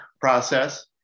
process